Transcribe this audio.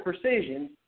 precision